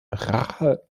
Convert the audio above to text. rache